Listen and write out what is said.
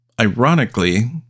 ironically